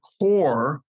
core